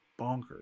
bonkers